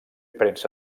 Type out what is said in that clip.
premsa